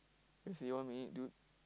fifty one minute dude